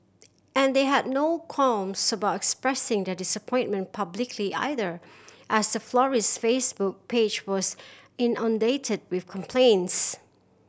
and they had no qualms about expressing their disappointment publicly either as the florist's Facebook page was inundated with complaints